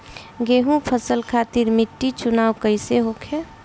गेंहू फसल खातिर मिट्टी चुनाव कईसे होखे?